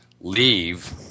leave